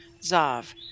Zav